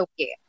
okay